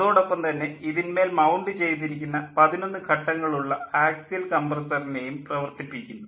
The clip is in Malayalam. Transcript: അതോടൊപ്പം തന്നെ ഇതിൻമേൽ മൌണ്ട് ചെയ്തിരിക്കുന്ന 11 ഘട്ടങ്ങളുള്ള ആക്സിയൽ കംപ്രസ്സറിനേയും പ്രവർത്തിപ്പിക്കുന്നു